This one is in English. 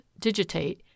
digitate